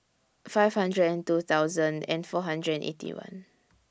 five hundred and two thousand and four hundred and Eighty One